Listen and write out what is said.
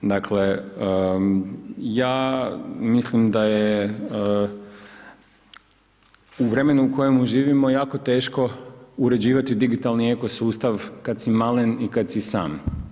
Dakle, ja mislim da je u vremenu u kojemu živimo jako teško uređivati digitalni eko sustav kad si malen i kad si sam.